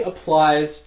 applies